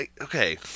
Okay